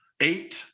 eight